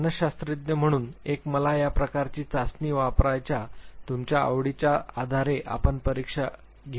मानसशास्त्रज्ञ म्हणून एक मला या प्रकारच्या चाचणी वापरायच्या तुमच्या आवडीच्या आधारे आपण परीक्षा घेऊ नये